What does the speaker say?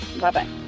Bye-bye